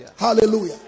Hallelujah